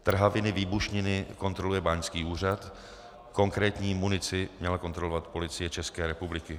Trhaviny, výbušniny kontroluje Báňský úřad, konkrétní munici měla kontrolovat Policie České republiky.